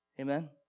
Amen